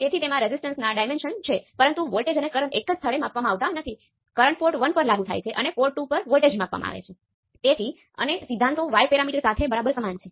તેથી આ ઈન્વર્ટૅ કરી શકાતું નથી તમને અનંતતા પોર્ટ એકમાંથી જોઈ રહી છે જેથી તે તમને કહેશે કે આ પેરામિટર અનંત હશે